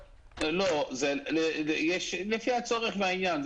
לא, זה לפי הצורך והעניין.